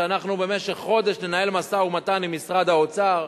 שבמשך חודש ננהל משא-ומתן עם משרד האוצר,